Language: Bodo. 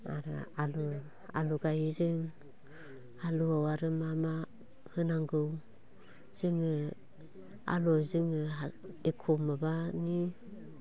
आरो आलु आलु गायो जों आलु आरो मा मा होनांगौ जोङो आलु जोङो एख' माबानि